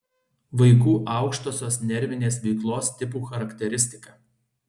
vaikų aukštosios nervinės veiklos tipų charakteristika